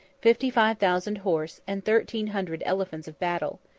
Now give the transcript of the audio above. fifty-five thousand horse, and thirteen hundred elephants of battle.